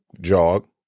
jog